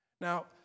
Now